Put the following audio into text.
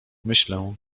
myślę